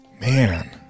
Man